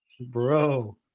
bro